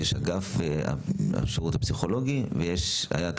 יש את אגף השירות הפסיכולוגי והיה את